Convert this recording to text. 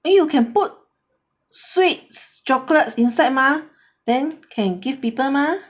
then you can put sweets chocolates inside mah then can give people mah